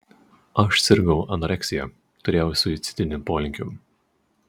aš sirgau anoreksija turėjau suicidinių polinkių